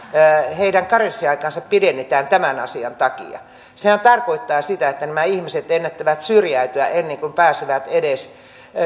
heidän karenssiaikaansa pidennetään tämän asian takia sehän tarkoittaa sitä että nämä ihmiset ennättävät syrjäytyä ennen kuin pääsevät edes